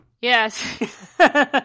Yes